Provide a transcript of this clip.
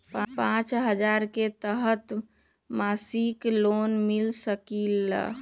पाँच हजार के तहत मासिक लोन मिल सकील?